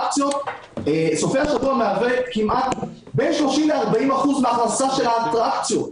סופי השבוע מהווים בין 30% ל-40% מההכנסה של האטרקציות.